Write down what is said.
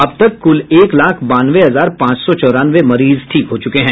अब तक कुल एक लाख बानवे हजार पांच सौ चौरानवे मरीज ठीक हो चुके हैं